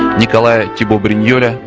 nikolai thibeaux-brignolles,